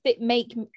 make